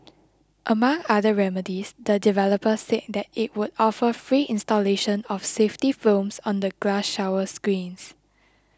among other remedies the developer said that it would offer free installation of safety films on the glass shower screens